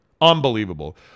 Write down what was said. Unbelievable